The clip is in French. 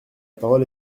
parole